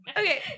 Okay